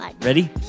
Ready